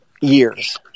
years